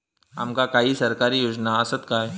आमका काही सरकारी योजना आसत काय?